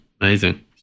Amazing